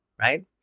right